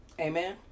Amen